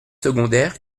secondaire